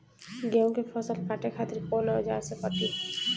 गेहूं के फसल काटे खातिर कोवन औजार से कटी?